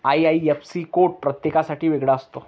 IIFC code प्रत्येकासाठी वेगळा असतो